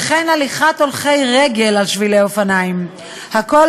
וכן הליכת הולכי רגל על שבילי אופניים הכול